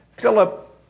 Philip